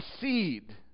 seed